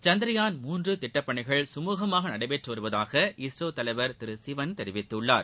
சந்த்ரயான் மூன்று திட்டப்பணிகள் கமூகமாக நடைபெற்று வருவதாக இஸ்ரோ தலைவர் திரு சிவன் தெரிவித்துள்ளார்